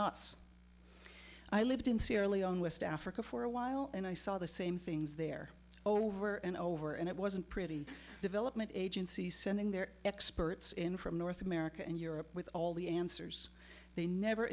thoughts i lived in sierra leone west africa for a while and i saw the same things there over and over and it wasn't pretty development agency sending their experts in from north america and europe with all the answers they never